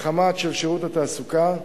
חמ"ת של שירות התעסוקה,